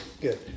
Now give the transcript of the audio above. good